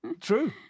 True